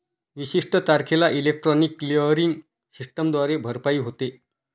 विशिष्ट तारखेला electronic clearing सिस्टमद्वारे भरपाई होते